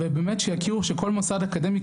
באמת שיכירו שכל מוסד אקדמי,